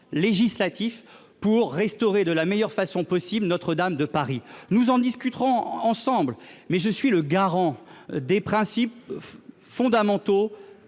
législatif pour restaurer de la meilleure façon possible Notre-Dame de Paris, nous en discuterons ensemble mais je suis le garant des principes fondamentaux